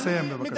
לסיים, בבקשה.